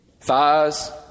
Thighs